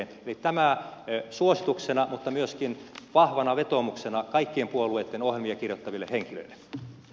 eli tämä suosituksena mutta myöskin vahvana vetoomuksena kaikkien puolueitten ohjelmia kirjoittaville henkilöille